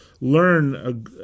learn